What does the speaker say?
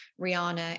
Rihanna